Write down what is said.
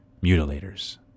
mutilators